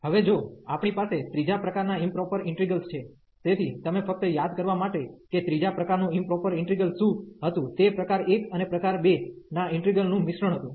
હવે જો આપણી પાસે ત્રીજા પ્રકારનાં ઇમપ્રોપર ઇન્ટિગ્રેલ્સ છે તેથી તમે ફક્ત યાદ કરવા માટે કે ત્રીજા પ્રકારનું ઇમપ્રોપર ઇન્ટિગ્રલ શું હતું તે પ્રકાર 1 અને પ્રકાર 2 ના ઈન્ટિગ્રલ નું મિશ્રણ હતું